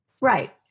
Right